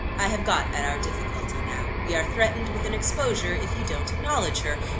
i have got at our difficulty now we are threatened with an exposure, if you don't acknowledge her.